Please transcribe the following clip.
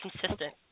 consistent